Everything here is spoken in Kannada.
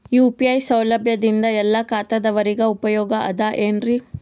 ಯು.ಪಿ.ಐ ಸೌಲಭ್ಯದಿಂದ ಎಲ್ಲಾ ಖಾತಾದಾವರಿಗ ಉಪಯೋಗ ಅದ ಏನ್ರಿ?